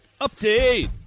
update